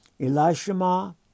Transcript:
Elishama